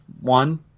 One